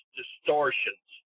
distortions